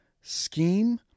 scheme